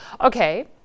Okay